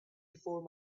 before